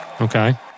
Okay